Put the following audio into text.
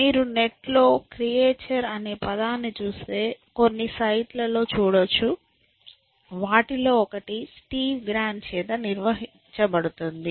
మీరు నెట్లో క్రియేచర్ అనే పదాన్ని చూస్తే కొన్ని సైట్లలో చూడవచ్చు వాటిలో ఒకటి స్టీవ్ గ్రాండ్ చేత నిర్వహించబడుతుంది